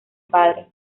padre